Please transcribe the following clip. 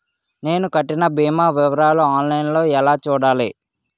నేను కట్టిన భీమా వివరాలు ఆన్ లైన్ లో ఎలా చూడాలి?